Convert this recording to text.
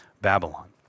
Babylon